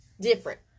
Different